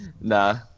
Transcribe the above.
Nah